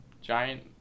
giant